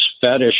fetish